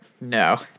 No